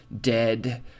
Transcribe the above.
dead